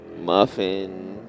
muffin